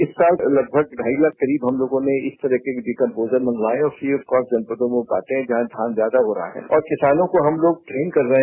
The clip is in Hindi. इस साल लगभग ढाई लाख करीब हम लोगों ने इस तरीके डी कम्पोजर मंगवाये और फ्री ऑफ कास्ट जनपदों में वो बांटे जहां धान ज्यादा हो रहा है और किसानों को हम लोग ट्रेंड कर रहे हैं